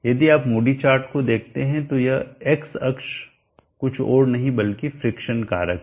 यदि आप Moody chart को देखते हैं तो यह एक्स अक्ष कुछ और नहीं बल्कि फ्रिक्शन कारक है